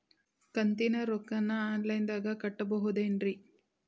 ಕಂತಿನ ರೊಕ್ಕನ ಆನ್ಲೈನ್ ದಾಗ ಕಟ್ಟಬಹುದೇನ್ರಿ?